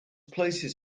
places